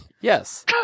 Yes